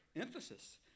emphasis